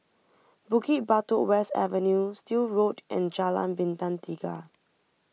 Bukit Batok West Avenue Still Road and Jalan Bintang Tiga